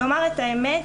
לומר את האמת,